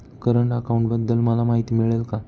Current अकाउंटबद्दल मला माहिती मिळेल का?